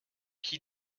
qui